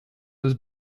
was